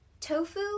Tofu